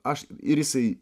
aš ir jisai